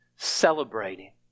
celebrating